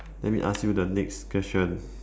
let me ask you the next question